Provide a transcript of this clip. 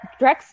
Drex